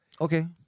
Okay